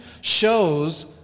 shows